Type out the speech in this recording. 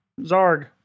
Zarg